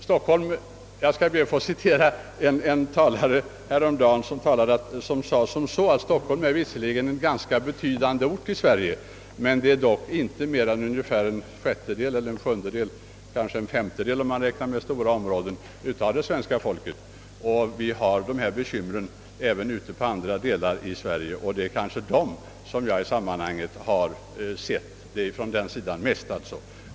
Jag skall be att få citera en talare som häromdagen sade att Stockholm visserligen är en ganska betydande ort i Sverige men att det dock inte är mer än en sjättedel eller en sjundedel — kanske en femtedel om man räknar med en större del av omgivningarna — av det svenska folket som bor där. Vi har som bekant dessa bekymmer även i andra delar av Sverige, och det är mest ur den synpunkten jag har sett frågan i dag.